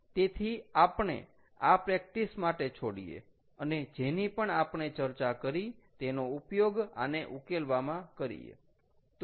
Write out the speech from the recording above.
તેથી આપણે આ પ્રેક્ટિસ માટે છોડીએ અને જેની પણ આપણે ચર્ચા કરી તેનો ઉપયોગ આને ઉકેલવામાં કરીએ